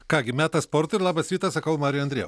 ką gi metas sportui ir labas rytas sakau mariui andrijauskui